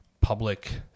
public